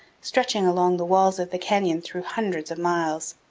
stretching along the walls of the canyon through hundreds of miles.